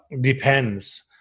depends